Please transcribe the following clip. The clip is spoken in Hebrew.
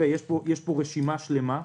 פה רשימה שלמה.